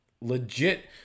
Legit